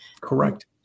correct